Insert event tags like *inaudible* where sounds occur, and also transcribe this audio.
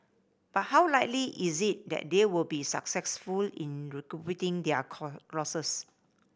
but how likely is it that they will be successful in recouping their *unintelligible* losses